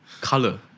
color